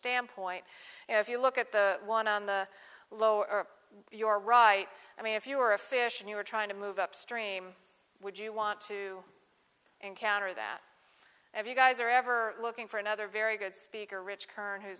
standpoint if you look at the one on the lower your right i mean if you were a fish and you were trying to move upstream would you want to encounter that if you guys are ever looking for another very good speaker rich kern who